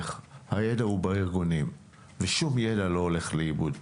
הידע הוא בארגונים ושום ידע לא הולך לאיבוד.